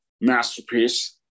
masterpiece